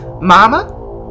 Mama